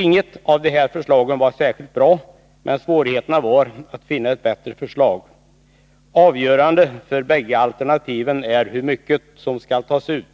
Inget av de här förslagen var särskilt bra, men svårigheten var att finna ett bättre förslag. Avgörande för bägge alternativen är hur mycket som skall tas ut.